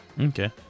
Okay